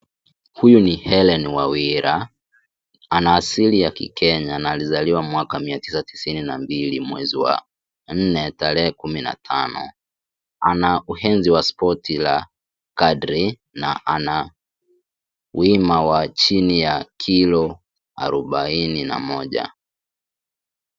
Huyu ni Hellen Wawera ana asili ya kikenya na alizaliwa mwaka mia tisa tisaini na mbili mwezi wa nne tarehe kumi na tano ana uhenzi wa spoti la kadri na, ana wima ya chini ya kilo arobaini na moja.